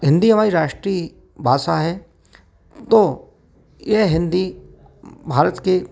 हिंदी हमारी राष्ट्रीय भाषा है तो यह हिंदी भारत के